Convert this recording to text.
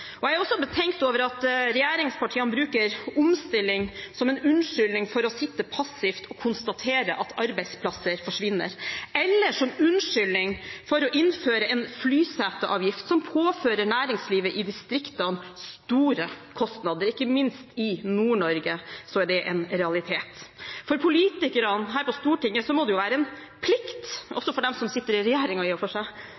Jeg er også betenkt over at regjeringspartiene bruker omstilling som en unnskyldning for å sitte passive og konstatere at arbeidsplasser forsvinner, eller som unnskyldning for å innføre en flyseteavgift som påfører næringslivet i distriktene store kostnader. Ikke minst i Nord-Norge er det en realitet. For politikerne her på Stortinget – og aller mest for dem som sitter i regjeringen, i og